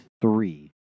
three